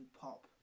pop